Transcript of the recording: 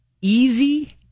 easy